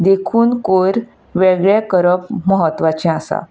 देखून कयर वेगळे करप म्हत्वाचें आसा